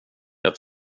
jag